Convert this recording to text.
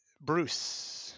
Bruce